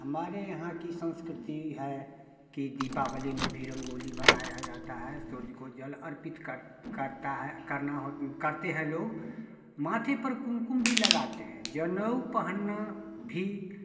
हमारे यहाँ की संस्कृति है कि दीपावली में भी रंगोली बनाया जाता है होली को जल अर्पित करते हैं लोग माथे पर कुमकुम भी लगाते हैं जनेऊ पहना भी